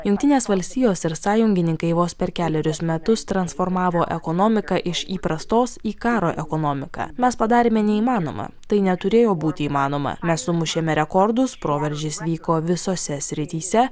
jungtinės valstijos ir sąjungininkai vos per kelerius metus transformavo ekonomiką iš įprastos į karo ekonomiką mes padarėme neįmanomą tai neturėjo būti įmanoma mes sumušėme rekordus proveržis vyko visose srityse